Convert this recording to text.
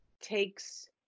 takes